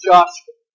Joshua